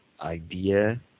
idea